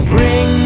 Bring